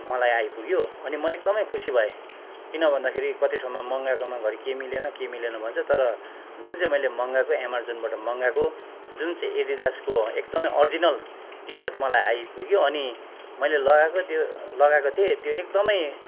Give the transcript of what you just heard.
मलाई आइपुग्यो अनि म एकदमै खुसी भएँ किन भन्दाखेरि कति ठाउँमा मँगाएकोमा घरि के मिलेन के मिलेन भन्छ तर जुन चाहिँ मैले मँगाएको एमाजोनबाट मँगाएको जुन चाहिँ एडिडासको एकदमै अर्जिनल टी सर्ट मलाई आइपुग्यो अनि मैले लगाएको त्यो लगाएको थिएँ त्यो एकदमै